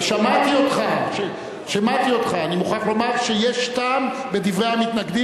אני רוצה להבהיר,